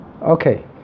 Okay